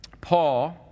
Paul